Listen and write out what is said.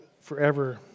forever